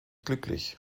glücklich